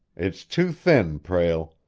it's too thin, prale!